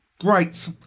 Great